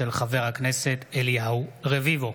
מאת חבר הכנסת אליהו רביבו,